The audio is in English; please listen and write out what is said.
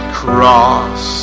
cross